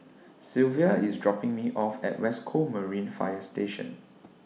Sylvia IS dropping Me off At West Coast Marine Fire Station